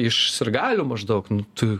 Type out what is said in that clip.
iš sirgalių maždaug tu